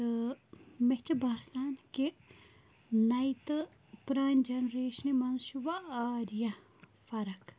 تہٕ مےٚ چھِ باسان کہِ نَوِ تہٕ پرٛانہِ جٮ۪نریشنہِ منٛز چھُ واریاہ فرق